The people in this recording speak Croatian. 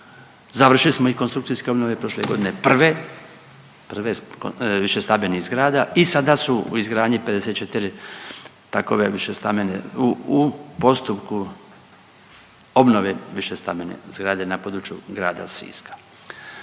završili smo i konstrukcijske obnove prošle godine, prve. Prve smo višestambenih zgrada i sada su u izgradnji 54 takove višestambene, u, u postupku obnove višestambene zgrade na području grada Siska.